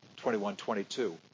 21-22